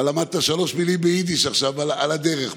אמרת שלוש מילים ביידיש על הדרך,